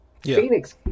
Phoenix